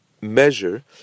measure